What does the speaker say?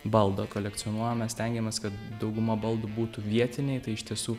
baldo kolekcionuojame stengiamės kad dauguma baldų būtų vietiniai tai iš tiesų